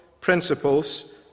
principles